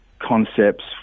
concepts